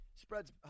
Spread's